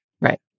Right